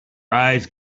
eyes